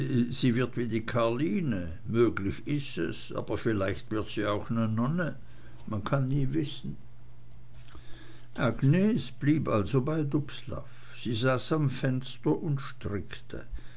sie wird wie die karline möglich is es aber vielleicht wird sie auch ne nonne man kann nie wissen agnes blieb also bei dubslav sie saß am fenster und strickte